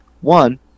One